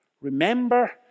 Remember